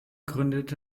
gründete